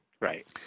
Right